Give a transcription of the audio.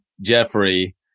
Jeffrey